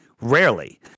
rarely